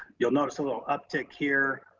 you'll notice a little uptick here,